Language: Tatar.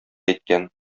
әйткән